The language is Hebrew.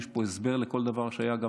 יש פה הסבר לכל דבר שהיה,